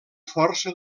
força